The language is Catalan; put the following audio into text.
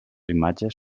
imatges